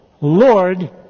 Lord